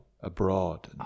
abroad